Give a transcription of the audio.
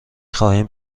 خواهیم